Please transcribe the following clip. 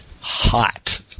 hot